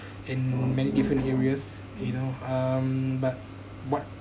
in many different areas you know um but what